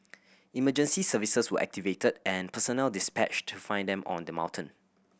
emergency services were activated and personnel dispatched to find them on the mountain